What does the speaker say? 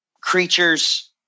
creatures